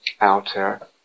outer